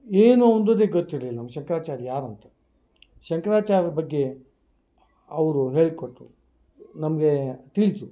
ಏನು ಅಂದುದೇ ಗೊತ್ತಿರಲಿಲ್ಲ ನಮ್ಗೆ ಶಂಕರಾಚಾರ್ಯ ಯಾರು ಅಂತ ಶಂಕ್ರಾಚಾರ್ರ ಬಗ್ಗೆ ಅವರು ಹೇಳಿಕೊಟ್ರು ನಮಗೆ ತಿಳಿಯಿತು